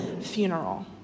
funeral